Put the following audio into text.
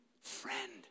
friend